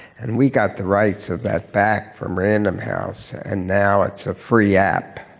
and we got the rights of that back from random house, and now it's a free app.